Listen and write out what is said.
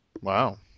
Wow